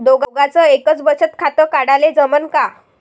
दोघाच एकच बचत खातं काढाले जमनं का?